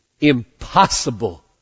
impossible